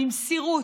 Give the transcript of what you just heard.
במסירות,